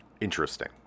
Interesting